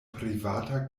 privata